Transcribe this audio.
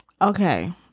Okay